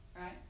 right